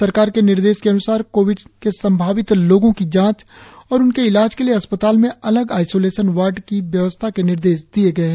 सरकार के निर्देश के अनुसार कोविड के संभावित लोगों की जांच और उनके इलाज के लिए अस्पताल में अलग आईसोलेशन वार्ड की व्यवस्था के निर्देश दिए गए है